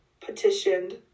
petitioned